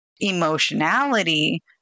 emotionality